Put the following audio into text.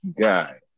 guy